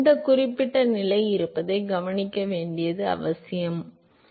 இந்த குறிப்பிட்ட நிலை இருப்பதைக் கவனிக்க வேண்டியது அவசியம் அவ்வளவுதான்